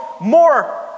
more